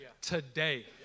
today